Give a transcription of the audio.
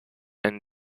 and